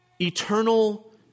eternal